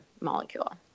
molecule